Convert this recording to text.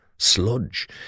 Sludge